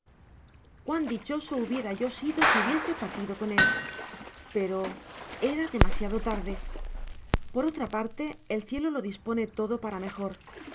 cuán dichoso hubiera yo sido si hubiese partido con é pero era demasiado tarde por otra parte el cielo lo dispone todo para mejor